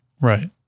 Right